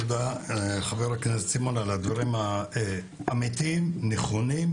תודה רבה חבר הכנסת סימון על הדברים האמיתיים והנכונים.